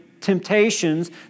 temptations